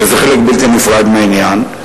שזה חלק בלתי נפרד מהעניין,